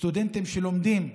סטודנטים שלומדים בחו"ל,